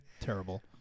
terrible